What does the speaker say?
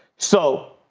so.